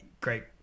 great